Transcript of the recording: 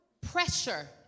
Pressure